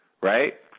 right